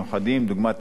דוגמת עיוורים.